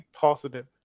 positive